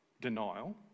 denial